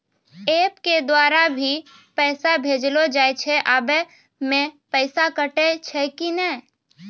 App के द्वारा भी पैसा भेजलो जाय छै आबै मे पैसा कटैय छै कि नैय?